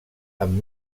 amb